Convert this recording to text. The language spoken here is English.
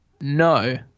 No